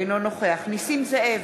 אינו נוכח נסים זאב,